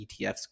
ETFs